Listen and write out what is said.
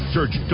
Search